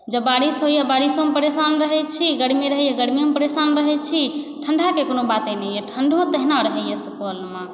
जब बारिश होइए बारिशोमे परेशान रहै छी गर्मी रहैया गर्मिओमे परेशान रहै छी ठण्डाके कोनो बाते नहि यऽ ठण्डो तहिना रहैया सुपौलमे